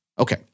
Okay